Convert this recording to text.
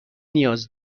نیاز